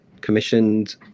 commissioned